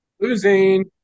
Losing